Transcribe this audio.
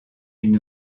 une